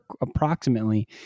approximately